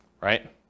right